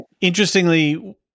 Interestingly